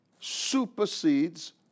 supersedes